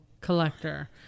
collector